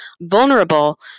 vulnerable